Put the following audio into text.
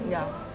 ya